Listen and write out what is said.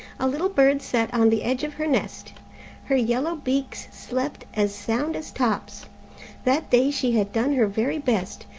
a little bird sat on the edge of her nest her yellow-beaks slept as sound as tops that day she had done her very best,